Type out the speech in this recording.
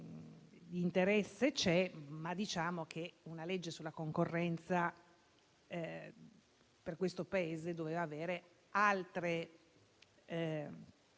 di interesse c'è, ma una legge sulla concorrenza per questo Paese doveva avere altre